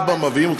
כל פעם מביאים,